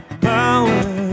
power